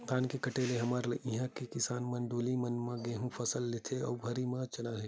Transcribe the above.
धान के कटे ले हमर इहाँ के किसान मन डोली मन म गहूँ के फसल लेथे अउ भर्री म चना के